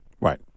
Right